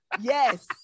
yes